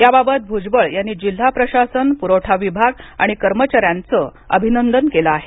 याबाबत भुजबळ यांनी जिल्हा प्रशासन प्रवठा विभाग आणि कर्मचाऱ्यांचं अभिनंदन केलं आहे